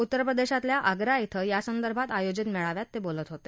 उत्तरप्रदेशातल्या आग्रा िं यासंदर्भात आयोजित मेळाव्यात ते बोलत होते